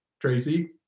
Tracy